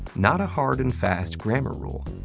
not a hard and fast grammar rule.